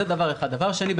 דבר שני,